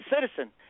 citizen